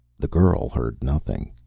the girl heard nothing.